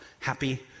happy